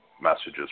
messages